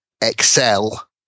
excel